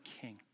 king